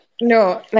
No